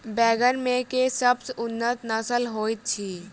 बैंगन मे केँ सबसँ उन्नत नस्ल होइत अछि?